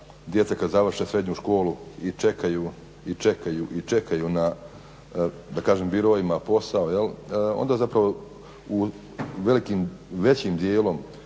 djeca kad završe srednju školu i čekaju i čekaju i čekaju na, da kažem, biroima posao, onda zapravo u velikim većim dijelom